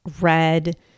red